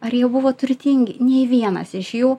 ar jie buvo turtingi nei vienas iš jų